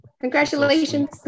Congratulations